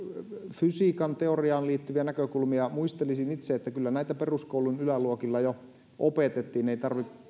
fysiikanteoriaan liittyviä näkökulmia muistelisin itse että kyllä näitä peruskoulun yläluokilla jo opetettiin ei tarvitse